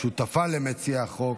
שותפה למציע החוק.